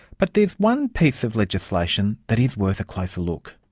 but there's one piece of legislation that is worth a closer look.